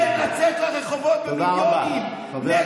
כן, לצאת לרחובות במיליונים, תודה רבה.